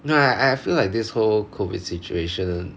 no I I feel like this whole COVID situation